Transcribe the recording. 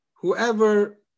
whoever